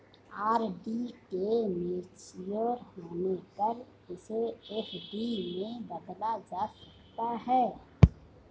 RD के mature होने पर इसे एफ.डी में बदला जा सकता है